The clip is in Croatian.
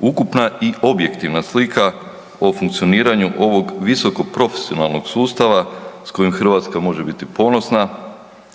ukupna i objektivna slika o funkcioniranju ovog visokoprofesionalnog sustava s kojim Hrvatska može biti ponosna,